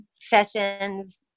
sessions